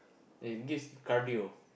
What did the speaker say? it gives cardio